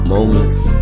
Moments